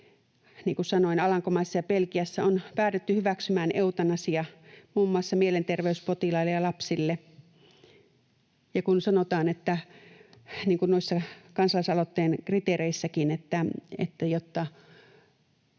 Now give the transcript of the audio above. niin kuin sanoin, Alankomaissa ja Belgiassa on päädytty hyväksymään eutanasia muun muassa mielenterveyspotilaille ja lapsille. Ja kun sanotaan, niin kuin noissa kansalaisaloitteen kriteereissäkin, että jotta